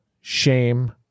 Shame